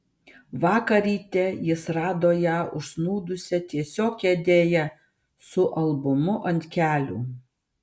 vakar ryte jis rado ją užsnūdusią tiesiog kėdėje su albumu ant kelių